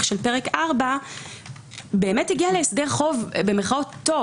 של פרק 4 באמת הגיע להסדר חוב באמת טוב?